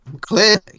clearly